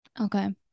Okay